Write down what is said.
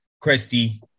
Christy